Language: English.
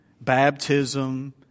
baptism